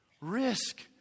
risk